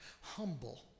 Humble